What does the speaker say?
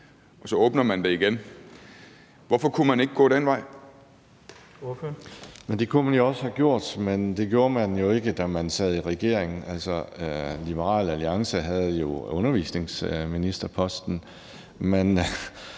Ordføreren. Kl. 12:23 Alex Ahrendtsen (DF): Det kunne man jo også have gjort, men det gjorde man ikke, da man sad i regering – altså, Liberal Alliance havde jo undervisningsministerposten, men